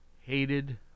Hated